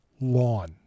lawn